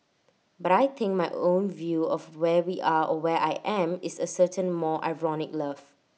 but I think my own view of where we are or where I am is A certain more ironic love